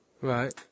right